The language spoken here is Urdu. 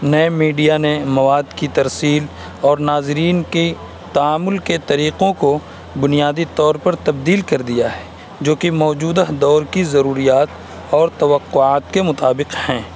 نئے میڈیا نے مواد کی ترسیل اور ناظرین کی تامل کے طریقوں کو بنیادی طور پر تبدیل کر دیا ہے جوکہ موجودہ دور کی ضروریات اور توقعات کے مطابق ہیں